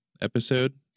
Episode